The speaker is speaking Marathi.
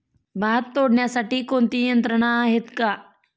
भात तोडण्यासाठी कोणती यंत्रणा आहेत का?